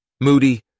Moody